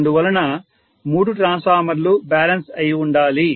అందువలన మూడు ట్రాన్స్ఫార్మర్లు బ్యాలెన్స్ అయి ఉండాలి